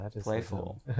playful